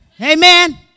Amen